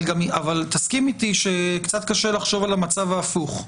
אבל תסכים איתי שקצת קשה לחשוב על המצב ההפוך,